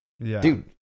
dude